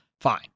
Fine